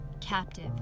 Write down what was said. captive